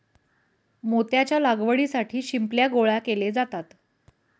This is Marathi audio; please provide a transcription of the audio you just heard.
मोत्याच्या लागवडीसाठी शिंपल्या गोळा केले जातात